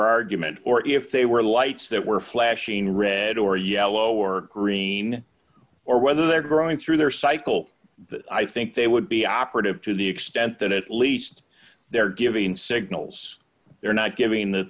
argument or if they were lights that were flashing red or yellow or green or whether they're growing through their cycle i think they would be operative to the extent that at least they're giving signals they're not giving the